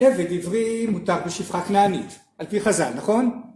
עבד עברי מותר בשפחה כנענית, על פי חז"ל, נכון?